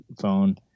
phone